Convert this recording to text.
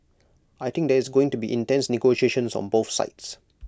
I think there is going to be intense negotiations on both sides